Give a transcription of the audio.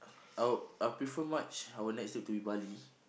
I would I would prefer March our next trip to be Bali